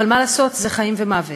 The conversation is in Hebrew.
אבל מה לעשות, זה חיים ומוות.